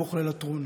סמוך ללטרון,